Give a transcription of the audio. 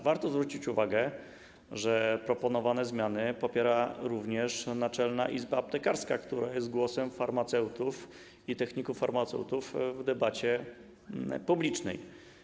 Warto zwrócić uwagę, że proponowane zmiany popiera również Naczelna Izba Aptekarska, która jest głosem farmaceutów i techników farmaceutów w debacie publicznej.